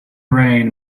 rain